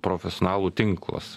profesionalų tinklas